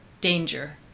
danger